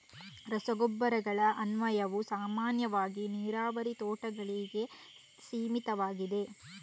ರಸಗೊಬ್ಬರಗಳ ಅನ್ವಯವು ಸಾಮಾನ್ಯವಾಗಿ ನೀರಾವರಿ ತೋಟಗಳಿಗೆ ಸೀಮಿತವಾಗಿದೆ